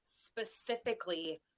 specifically